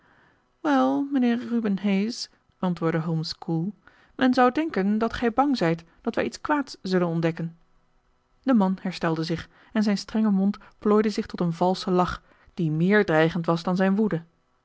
wel mijnheer reuben hayes antwoordde holmes koel men zou denken dat gij bang zijt dat wij iets kwaads zullen ontdekken de man herstelde zich en zijn strenge mond plooide zich tot een valschen lach die meer dreigend was dan zijn woede